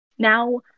Now